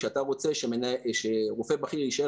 כשאתה רוצה שרופא בכיר יישאר,